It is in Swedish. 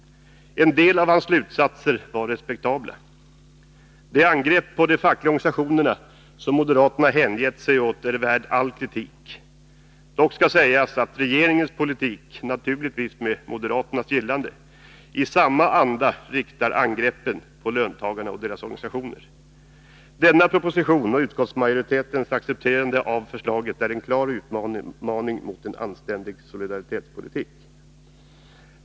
En del av hans slutsatser var respektabla. De angrepp på de fackliga organisationerna som moderaterna hängett sig åt är värda all kritik. Dock skall sägas att regeringens politik — naturligtvis med moderaternas gillande —i samma anda riktar angreppen mot löntagarna och deras organisationer. Den aktuella propositionen och utskottsmajoritetens accepterande av förslaget är en klar utmaning mot en anständig solidaritetspolitik.